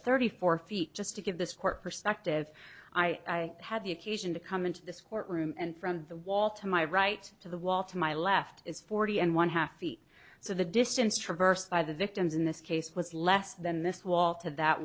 thirty four feet just to give this court perspective i had the occasion to come into this courtroom and from the wall to my right to the wall to my left is forty and one half feet so the distance traversed by the victims in this case was less than this